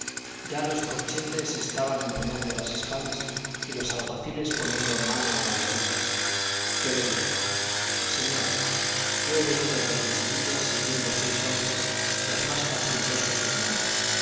ya los corchetes estaban empuñando las espadas y los alguaciles poniendo mano a las varitas yo le dije señor yo he venido desde sevilla siguiendo seis hombres los más facinorosos del mundo